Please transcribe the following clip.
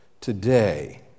today